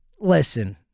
listen